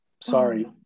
sorry